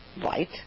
White